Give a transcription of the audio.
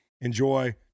enjoy